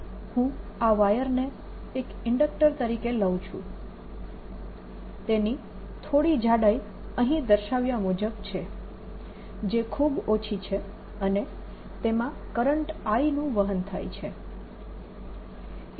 ચાલો હું આ વાયરને એક ઇન્ડક્ટર તરીકે લઉં છું તેની થોડી જાડાઈ અહીં દર્શાવ્યા મુજબ છે જે ખૂબ ઓછી છે અને તેમાં કરંટ I નું વહન થાય છે